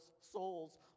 souls